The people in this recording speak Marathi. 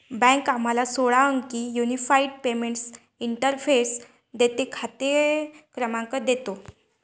बँक आम्हाला सोळा अंकी युनिफाइड पेमेंट्स इंटरफेस देते, खाते क्रमांक देतो